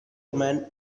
woman